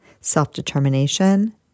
Self-determination